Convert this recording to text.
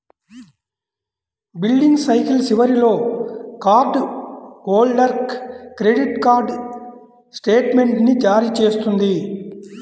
billing cycle చివరిలో card హోల్డర్కు credit card స్టేట్మెంట్ను జారీ చేస్తుంది